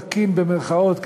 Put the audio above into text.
תקין במירכאות,